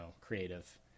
creative